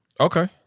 okay